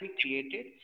created